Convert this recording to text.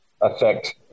affect